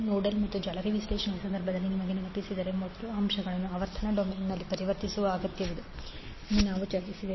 nodal ಮತ್ತು ಜಾಲರಿ ವಿಶ್ಲೇಷಣೆಯ ಸಂದರ್ಭದಲ್ಲಿ ನಿಮಗೆ ನೆನಪಿದ್ದರೆ ಮೊದಲು ಅಂಶಗಳನ್ನು ಆವರ್ತನ ಡೊಮೇನ್ನಲ್ಲಿ ಪರಿವರ್ತಿಸುವ ಅಗತ್ಯವಿದೆ ಎಂದು ನಾವು ಚರ್ಚಿಸಿದ್ದೇವೆ